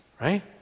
right